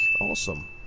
Awesome